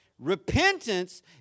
repentance